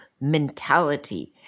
mentality